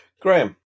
graham